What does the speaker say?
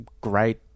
great